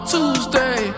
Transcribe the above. Tuesday